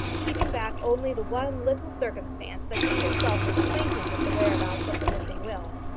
keeping back only the one little circumstance that he himself was acquainted with the whereabouts of the missing will.